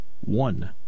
One